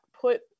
put